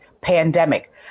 Pandemic